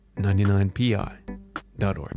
99pi.org